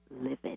livid